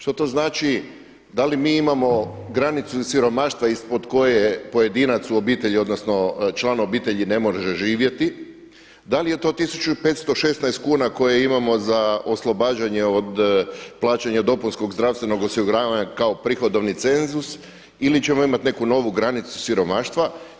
Što to znači da li mi imamo granicu siromaštva ispod koje pojedinac u obitelji, odnosno član obitelji ne može živjeti, da li je to 1516 kuna koje imamo za oslobađanje od plaćanja dopunskog zdravstvenog osiguranja kao prihodovni cenzus ili ćemo imati neku novu granicu siromaštva.